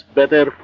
better